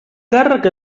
càrrec